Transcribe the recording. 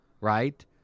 right